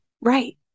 right